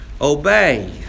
obey